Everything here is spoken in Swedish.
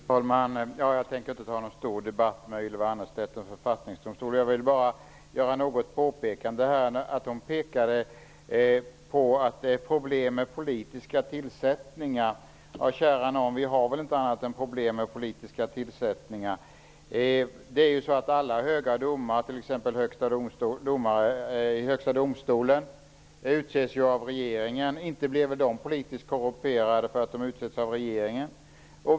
Fru talman! Jag tänker inte föra någon stor debatt med Ylva Annerstedt om författningsdomstolar, utan jag vill bara göra några påpekanden. Ylva Annerstedt sade att det blir problem med politiska tillsättningar. Ja, kära nån, vi har väl inte annat än problem med politiska tillsättningar! Alla domare i t.ex. Högsta domstolen utses av regeringen. Inte blir väl de politiskt korrumperade därför att de utses av regeringen?